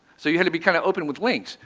so you had to be kind of open with links.